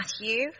Matthew